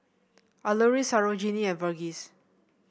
Alluri Sarojini and Verghese